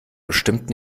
bestimmt